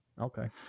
Okay